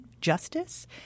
justice